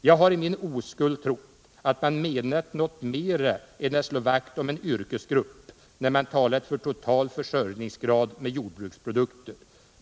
Jag har i min oskuld trott att man menat något mera än att slå vakt om en yrkesgrupp, när man talat för total försörjning med jordbruksprodukter.